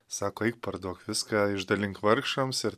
sako eik parduok viską išdalink vargšams ir